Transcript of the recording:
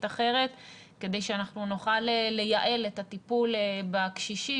אחרת כדי שאנחנו נוכל לייעל את הטיפול בקשישים.